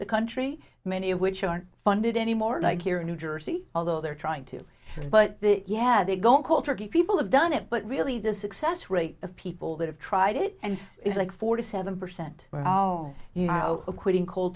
the country many of which aren't funded anymore like here in new jersey although they're trying to but yeah they go cold turkey people have done it but really the success rate of people that have tried it and it's like forty seven percent of all you know quitting cold